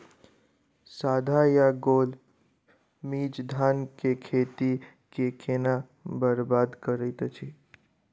साढ़ा या गौल मीज धान केँ खेती कऽ केना बरबाद करैत अछि?